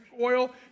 oil